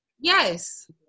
Yes